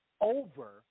over